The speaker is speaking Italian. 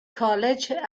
college